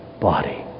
body